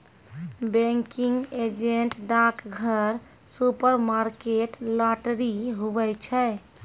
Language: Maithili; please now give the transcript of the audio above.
बैंकिंग एजेंट डाकघर, सुपरमार्केट, लाटरी, हुवै छै